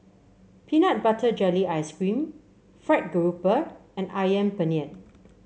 Peanut Butter Jelly Ice cream fried grouper and ayam Penyet